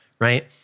right